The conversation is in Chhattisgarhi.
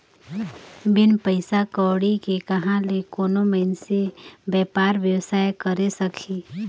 बिन पइसा कउड़ी के कहां ले कोनो मइनसे बयपार बेवसाय करे सकही